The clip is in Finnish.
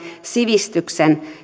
sivistyksen